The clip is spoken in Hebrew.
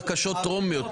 בבקשה לא להפריע.